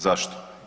Zašto?